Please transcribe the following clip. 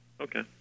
Okay